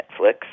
Netflix